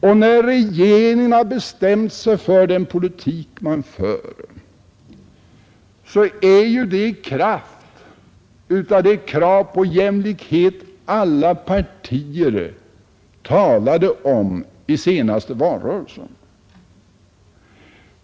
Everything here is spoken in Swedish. Och när regeringen har bestämt sig för den politik regeringen för, så sker det i kraft av de krav på jämlikhet som alla partier talade om under den senaste valrörelsen.